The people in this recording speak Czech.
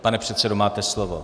Pane předsedo, máte slovo.